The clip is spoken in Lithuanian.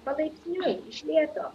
palaipsniui iš lėto